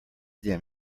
them